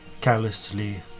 callously